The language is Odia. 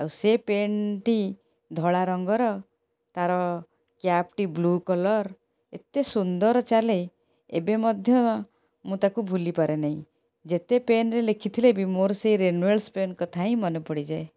ଆଉ ସେ ପେନ୍ ଟି ଧଳା ରଙ୍ଗର ତାର କ୍ୟାପ୍ ଟି ବ୍ଲୁ କଲର ଏତେ ସୁନ୍ଦର ଚାଲେ ଏବେ ମଧ୍ୟ ମୁଁ ତାକୁ ଭୁଲିପାରେ ନାହିଁ ଯେତେ ପେନ୍ ରେ ଲେଖିଥିଲେ ବି ମୋର ସେ ରେନୁଏଳସ ପେନ୍ କଥା ହିଁ ମନେ ପଡ଼ିଯାଏ